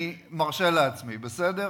אני מרשה לעצמי, בסדר?